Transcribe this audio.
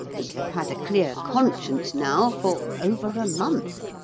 and have had a clear conscience now for over a month.